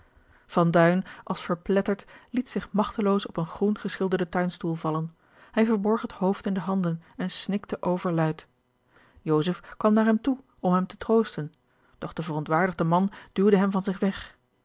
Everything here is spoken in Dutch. als verpletterd liet zich magteloos op een groen geschilderden tuinstoel vallen hij verborg het hoofd in de handen en snikte overluid joseph kwam naar hem toe om hem te troosten doch de verontwaardigde man duwde hem van zich weg